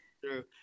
True